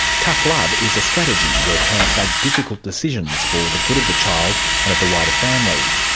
tough love is a strategy where parents make difficult decisions for the good of the child and of the wider family.